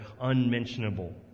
unmentionable